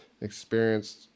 experienced